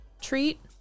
treat